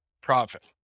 profit